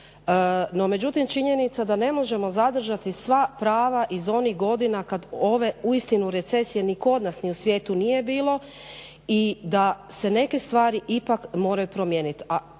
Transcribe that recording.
No, međutim, činjenica da ne možemo zadržati sva prava iz onih godina kada ove uistinu recesije ni kod nas ni u svijetu nije bilo i da se neke stvari ipak moraju promijeniti.